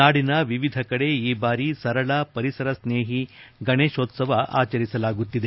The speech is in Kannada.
ನಾಡಿನ ವಿವಿಧ ಕಡೆ ಈ ಬಾರಿ ಸರಳ ಪರಿಸರ ಸ್ನೇಹಿ ಗಣೇಶೋತ್ಸವ ಆಚರಿಸಲಾಗುತ್ತಿದೆ